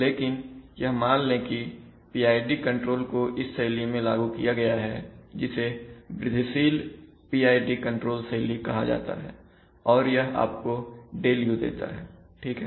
लेकिन यह मान ले कि PID कंट्रोल को इस शैली में लागू किया गया है जिसे वृद्धिशील PID कंट्रोल शैली कहा जाता है और यह आपको ΔU देता है ठीक है